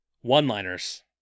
One-liners